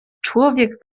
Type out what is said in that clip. człowiek